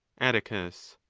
atticus.